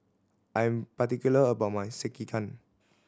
I am particular about my Sekihan